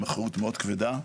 עם אחריות מאוד כבדה.